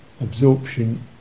absorption